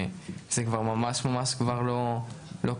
זה כבר ממש ממש לא קשור.